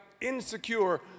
insecure